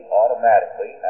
automatically